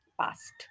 past